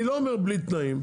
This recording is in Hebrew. אני לא אומר בלי תנאים,